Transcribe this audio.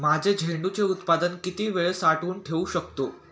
माझे झेंडूचे उत्पादन किती वेळ साठवून ठेवू शकतो?